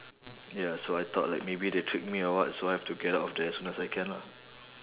ya so I thought like maybe they tricked me or what so I have to get out of there as soon as I can lah